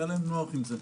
היה להם נוח עם זה,